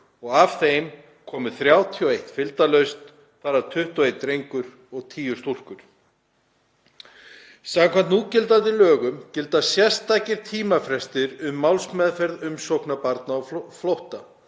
og af þeim komu 31 fylgdarlaust, þar af 21 drengur og tíu stúlkur. Samkvæmt núgildandi lögum gilda sérstakir tímafrestir um málsmeðferð umsókna barna á flótta.